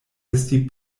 esti